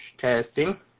Testing